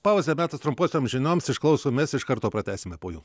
pauzę metas trumposioms žinioms išklausom jas iš karto pratęsime po jų